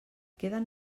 queden